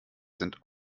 sind